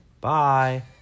Bye